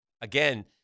Again